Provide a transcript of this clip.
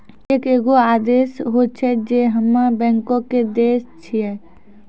cheque एगो आदेश होय छै जे हम्मे बैंको के दै छिये